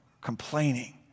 complaining